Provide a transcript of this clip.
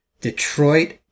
Detroit